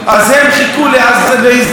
אז הם חיכו להזדמנות,